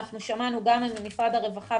אנחנו שמענו גם ממשרד הרווחה,